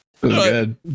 good